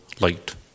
light